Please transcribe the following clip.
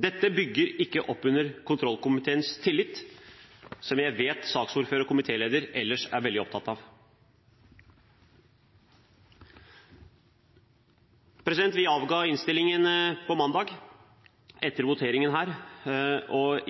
Dette bygger ikke opp under kontrollkomiteens tillit, som jeg vet at saksordføreren og komitélederen ellers er veldig opptatt av. Vi avga innstillingen på mandag. Etter voteringen her, og